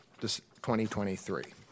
2023